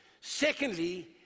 secondly